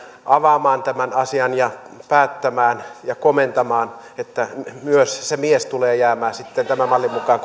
avaamaan tämän asian ja päättämään ja komentamaan että myös se se mies tulee jäämään tämän mallin mukaan